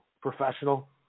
professional